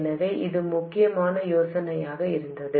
எனவே இது முக்கியமான யோசனையாக இருந்தது